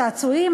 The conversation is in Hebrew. צעצועים,